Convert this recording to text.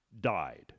died